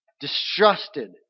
distrusted